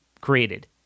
created